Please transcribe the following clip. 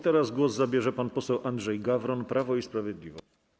Teraz głos zabierze pan poseł Andrzej Gawron, Prawo i Sprawiedliwość.